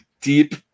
deep